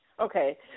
Okay